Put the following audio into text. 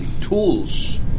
tools